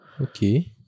Okay